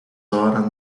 horas